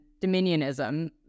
dominionism